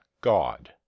God